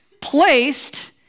placed